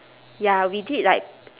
ya we did like